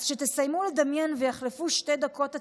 אז כשתסיימו לדמיין, ויחלפו שתי דקות הצפירה,